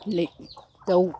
दै दाव